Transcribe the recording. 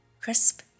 Crisp